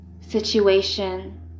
situation